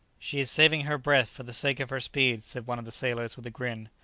she is saving her breath for the sake of her speed, said one of the sailors with a grin.